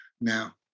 now